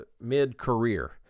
mid-career